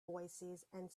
voicesand